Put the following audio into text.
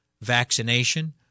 vaccination